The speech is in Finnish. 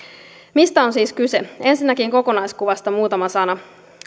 mistä on siis kyse ensinnäkin kokonaiskuvasta muutama sana